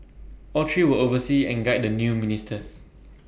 all three will oversee and guide the new ministers